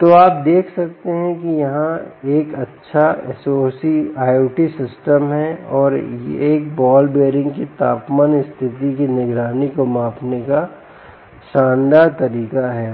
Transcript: तो आप देख सकते हैं कि यह एक अच्छा IOT सिस्टम है और एक बॉल बेयरिंग की तापमान स्थिति की निगरानी को मापने का शानदार तरीका है